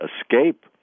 escape